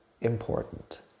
important